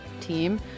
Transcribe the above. team